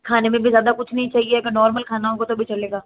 खाने में भी ज़्यादा कुछ नही चाहिए अगर नॉर्मल खाना होगा तो भी चलेगा